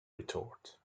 retort